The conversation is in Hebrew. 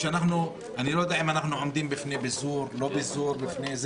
בגלל שיש לזה קשר לנושאים אחרים ולא רק בתוך החוק